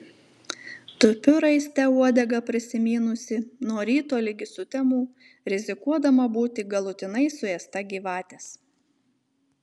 tupiu raiste uodegą prisimynusi nuo ryto ligi sutemų rizikuodama būti galutinai suėsta gyvatės